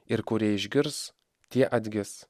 ir kurie išgirs tie atgis